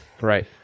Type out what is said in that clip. Right